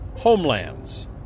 homelands